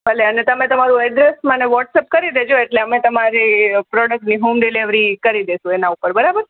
ભલે અને તમે તમારું એડ્રેસ મને વોટ્સએપ કરી દેજો એટલે અમે તમારી પ્રોડક્ટની હોમ ડિલિવરી કરી દઇશું એના ઉપર બરાબર